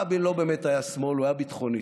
רבין לא באמת היה שמאל, הוא היה ביטחוניסט.